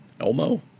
Elmo